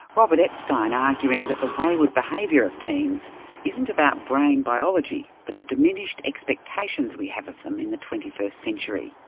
robert epstein arguing that the wayward behaviour of teens isn't about brain biology but the diminished expectations we have of them in the twenty first century.